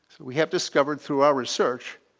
we have discovered through our research,